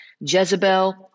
Jezebel